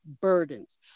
burdens